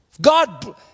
God